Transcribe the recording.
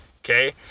okay